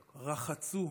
"רחצו,